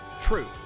truth